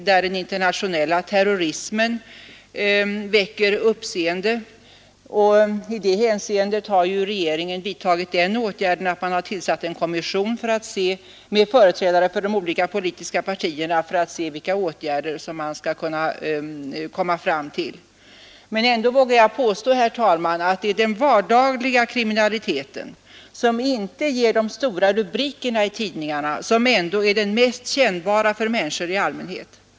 Den internationella terrorismen väcker uppseende, och i det hänseendet har regeringen vidtagit åtgärden att man tillsatt en kommission med företrädare för de olika politiska partierna för att utröna hur man skall kunna komma till rätta med den. Men ändå vågar jag påstå att det är den vardagliga kriminaliteten, den som inte ger de stora rubrikerna i tidningarna, som är den mest kännbara för människor i allmänhet.